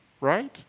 right